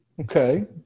Okay